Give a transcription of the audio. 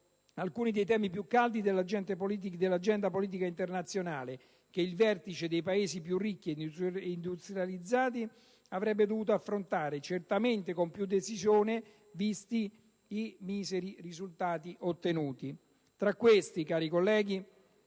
alcuni dei temi più caldi dell'agenda politica internazionale che il vertice dei Paesi più ricchi ed industrializzati avrebbe dovuto affrontare certamente con più decisione, visti i miseri risultati ottenuti. Tra questi, cari colleghi,